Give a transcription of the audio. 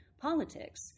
politics